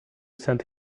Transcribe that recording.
send